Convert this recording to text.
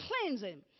cleansing